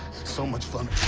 so much fun.